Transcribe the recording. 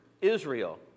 Israel